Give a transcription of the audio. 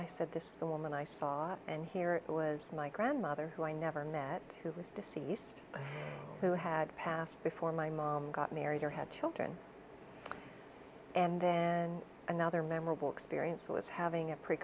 i said this is the woman i saw and here it was my grandmother who i never met who was deceased who had passed before my mom got married or had children and then another memorable experience was having a pr